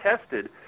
tested